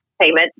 payment